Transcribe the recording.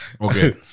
Okay